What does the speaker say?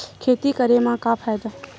खेती करे म का फ़ायदा हे?